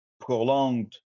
prolonged